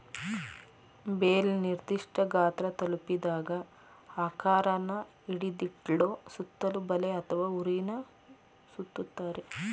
bale ನಿರ್ದಿಷ್ಠ ಗಾತ್ರ ತಲುಪಿದಾಗ ಆಕಾರನ ಹಿಡಿದಿಡ್ಲು ಸುತ್ತಲೂ ಬಲೆ ಅಥವಾ ಹುರಿನ ಸುತ್ತುತ್ತಾರೆ